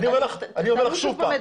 תעלו שוב את